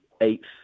eighth